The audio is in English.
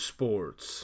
Sports